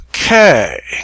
Okay